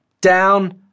Down